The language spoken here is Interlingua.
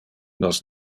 nos